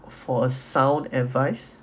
for a sound advice